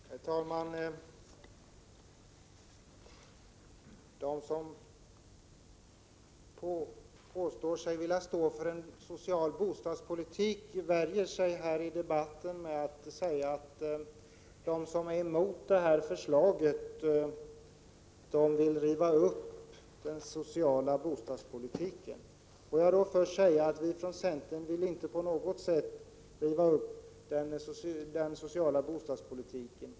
Herr talman! De som påstår sig vilja föra en social bostadspolitik värjer sig här i debatten genom att säga att de som är emot det framlagda förslaget vill riva upp den sociala bostadspolitiken. Får jag först säga att vi från centern inte på något sätt vill riva upp den sociala bostadspolitiken.